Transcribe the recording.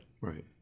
Right